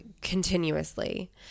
continuously